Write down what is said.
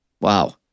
Wow